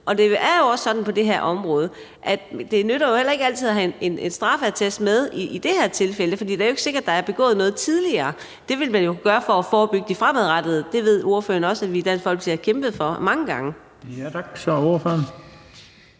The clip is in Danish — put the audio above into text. Og det er jo også sådan på det her område, at det heller ikke altid nytter at have en straffeattest med, heller ikke i det her tilfælde, for det er jo ikke sikkert, at der er begået noget tidligere. Det ville man jo gøre for at forebygge det fremadrettet – det ved ordføreren også at vi i Dansk Folkeparti har kæmpet for mange gange. Kl. 14:06 Den